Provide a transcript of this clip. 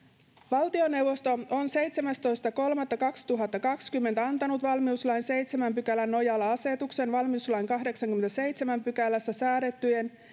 valtioneuvosto on seitsemästoista kolmatta kaksituhattakaksikymmentä antanut valmiuslain seitsemännen pykälän nojalla asetuksen valmiuslain kahdeksannessakymmenennessäseitsemännessä pykälässä säädettyjen